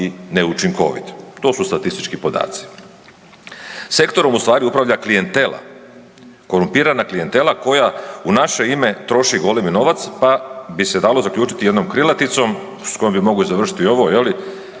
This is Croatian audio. neučinkovit. To su statistički podaci. Sektorom u stvari upravlja klijentela, korumpirana klijentela koja u naše ime troši golemi novac pa bi se dalo zaključiti jednom krilaticom s kojom bi mogao i završiti ovo je li,